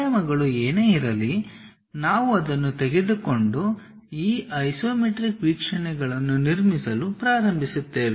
ಆಯಾಮಗಳು ಏನೇ ಇರಲಿ ನಾವು ಅದನ್ನು ತೆಗೆದುಕೊಂಡು ಈ ಐಸೊಮೆಟ್ರಿಕ್ ವೀಕ್ಷಣೆಗಳನ್ನು ನಿರ್ಮಿಸಲು ಪ್ರಾರಂಭಿಸುತ್ತೇವೆ